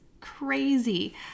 crazy